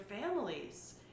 families